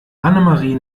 annemarie